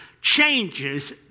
changes